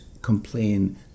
Complain